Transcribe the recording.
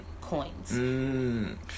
coins